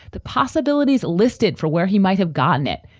the possibilities listed for where he might have gotten it,